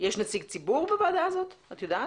יש נציג ציבור בוועדה הזאת, את יודעת?